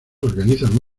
organizan